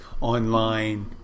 online